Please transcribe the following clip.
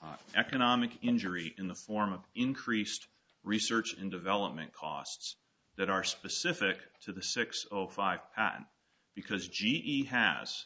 suffer economic injury in the form of increased research and development costs that are specific to the six zero five patent because g e hass